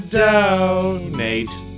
donate